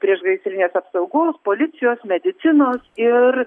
priešgaisrinės apsaugos policijos medicinos ir